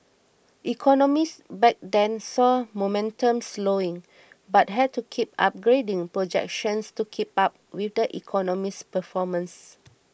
economists back then saw momentum slowing but had to keep upgrading projections to keep up with the economy's performance